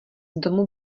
domu